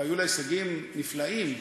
והיו לה הישגים נפלאים,